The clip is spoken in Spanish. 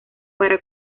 para